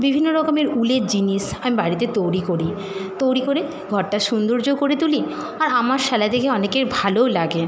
বিভিন্ন রকমের উলের জিনিস আমি বাড়িতে তৈরি করি তৈরি করে ঘরটা সুন্দর্যও করে তুলি আর আমার সেলাই দেখে অনেকের ভালোও লাগে